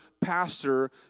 pastor